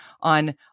on